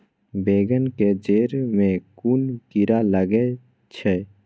बेंगन के जेड़ में कुन कीरा लागे छै?